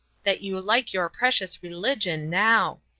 that you like your precious religion now.